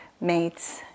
mates